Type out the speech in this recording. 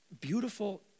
beautiful